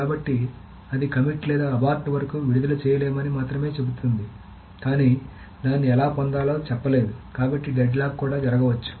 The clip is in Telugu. కాబట్టి అది కమిట్ లేదా అబార్ట్ వరకు విడుదల చేయలేమని మాత్రమే చెబుతుంది కానీ దాన్ని ఎలా పొందాలో చెప్పలేదు కాబట్టి డెడ్ లాక్ కూడా జరగవచ్చు